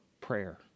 prayer